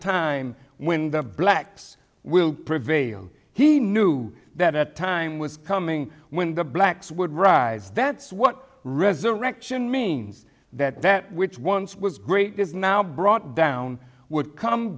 time when the blacks will prevail he knew that time was coming when the blacks would rise that's what resurrection means that that which once was great is now brought down would come